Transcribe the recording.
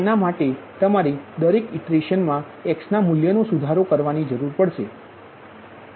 તેના માટે તમારે દરેક ઇટરેશનમા X ના મૂલ્યનો સુધારો કરવાની જરૂર છે